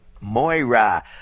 Moira